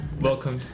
Welcome